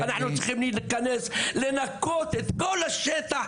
אנחנו צריכים להיכנס, לנקות את כל השטח.